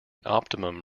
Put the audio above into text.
optimum